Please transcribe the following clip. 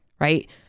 right